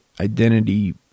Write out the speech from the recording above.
identity